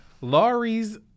Laurie's